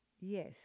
Yes